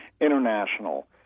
international